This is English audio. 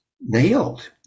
nailed